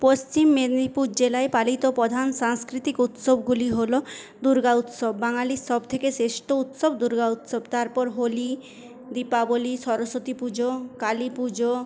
পশ্চিম মেদিনীপুর জেলায় পালিত প্রধান সাংস্কৃতিক উৎসবগুলি হল দুর্গা উৎসব বাঙালির সব থেকে শ্রেষ্ঠ উৎসব দুর্গা উৎসব তারপর হলি দীপাবলী সরস্বতী পুজো কালি পুজো